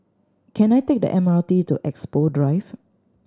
can I take the M R T to Expo Drive